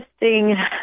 interesting